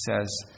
says